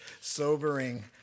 sobering